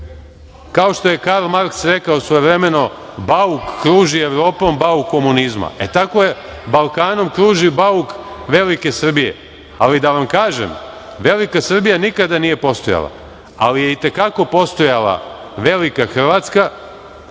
Kao što je Karl Marks rekao svojevremeno - bauk kruži Evropom, bauk komunizma. E, tako Balkanom kruži bauk velike Srbije. Ali, da vam kažem. Velika Srbija nikada nije postojala, ali je i te kako postojala velika Hrvatska,